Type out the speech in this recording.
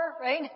right